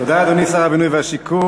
תודה, אדוני שר הבינוי והשיכון.